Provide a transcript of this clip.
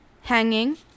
hanging